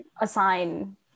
assign